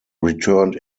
returned